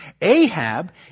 Ahab